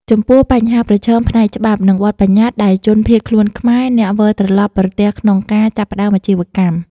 ចំពោះបញ្ហាប្រឈមផ្នែកច្បាប់ និងបទប្បញ្ញត្តិដែលជនភៀសខ្លួនខ្មែរ អ្នកវិលត្រឡប់ប្រទះក្នុងការចាប់ផ្តើមអាជីវកម្ម។